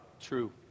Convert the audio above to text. true